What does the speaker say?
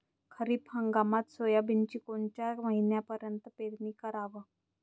खरीप हंगामात सोयाबीनची कोनच्या महिन्यापर्यंत पेरनी कराव?